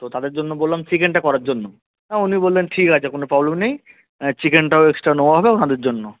তো তাদের জন্য বললাম চিকেনটা করার জন্য আর উনি বললেন ঠিক আছে কোনো প্রবলেম নেই চিকেনটাও এক্সট্রা নেওয়া হবে ওনাদের জন্যে